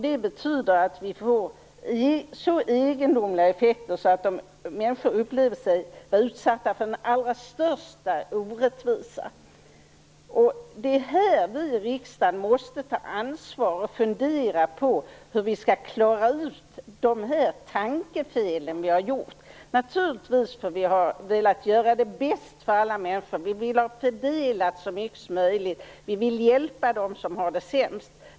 Det betyder att vi får så egendomliga effekter att människor upplever sig vara utsatta för den allra största orättvisa. Det är här i riksdagen vi måste ta ansvar och fundera på hur vi skall klara ut dessa tankefel som vi har gjort. Det beror naturligtvis på att vi har velat göra det bästa för alla människor. Vi har velat fördela så mycket som möjligt och hjälpa dem som har det sämst.